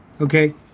Okay